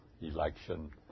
election